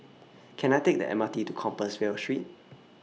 Can I Take The M R T to Compassvale Street